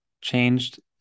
changed